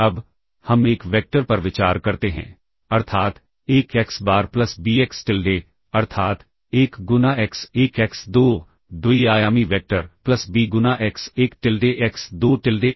अब हम एक वेक्टर पर विचार करते हैं अर्थात एक x bar plus b x tilde अर्थात एक गुना एक्स 1 एक्स 2 द्वि आयामी वेक्टर प्लस b गुना एक्स 1 टिल्डे एक्स 2 टिल्डे